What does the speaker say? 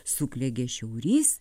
suklegė šiaurys